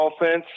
offense